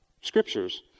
scriptures